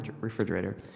refrigerator